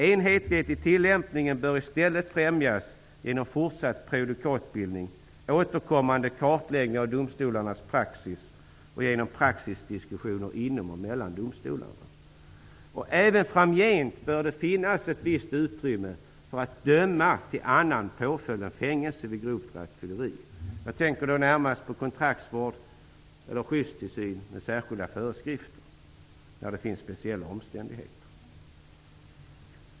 Enhetlighet i tillämpningen bör i stället främjas genom fortsatt prejudikatbildning, återkommande kartläggning av domstolarnas praxis och praxisdiskussioner inom och mellan domstolarna. Även framgent bör det finnas ett visst utrymme för att döma till annan påföljd än fängelse vid grovt rattfylleri. Jag tänker då närmast på kontraktsvård eller skyddstillsyn under särskilda föreskrifter, när det finns speciella omständigheter.